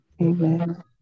Amen